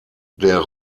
der